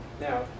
Now